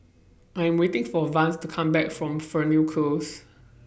I Am waiting For Vance to Come Back from Fernhill Close